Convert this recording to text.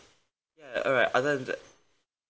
ya alright other than that